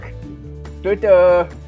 Twitter